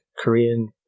Korean